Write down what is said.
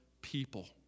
people